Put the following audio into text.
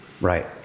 Right